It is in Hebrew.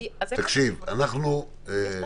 חברים,